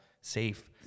safe